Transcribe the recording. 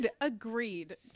Agreed